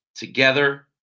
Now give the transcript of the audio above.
together